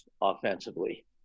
offensively